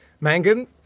Mangan